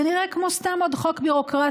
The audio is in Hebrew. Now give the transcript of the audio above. זה נראה כמו סתם עוד חוק ביורוקרטי.